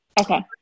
Okay